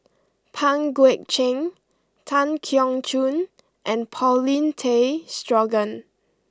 Pang Guek Cheng Tan Keong Choon and Paulin Tay Straughan